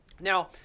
Now